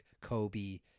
Kobe